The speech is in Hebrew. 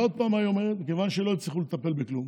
ועוד פעם היום: מכיוון שלא הצליחו לטפל בכלום